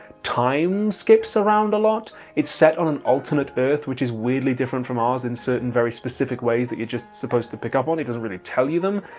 time skips around a lot, it's set on an alternate earth which is weirdly different from ours in certain, very specific ways that you're just supposed to pick up on, he doesn't really tell you them.